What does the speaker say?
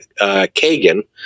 Kagan